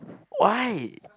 why